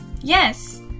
Yes